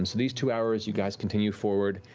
and these two hours you guys continue forward,